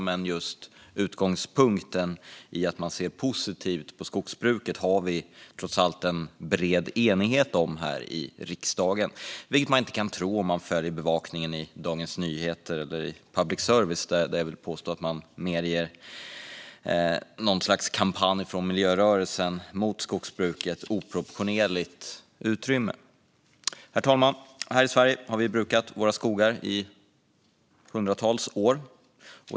Men utgångspunkten, att man ser positivt på skogsbruket, har vi trots allt en bred enighet om här i riksdagen, vilket man inte kan tro om man följer bevakningen i Dagens Nyheter eller public service, där jag vill påstå att man ger något slags kampanj mot skogsbruket från miljörörelsen oproportionerligt utrymme. Herr talman! Här i Sverige har vi brukat våra skogar i hundratals år.